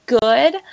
good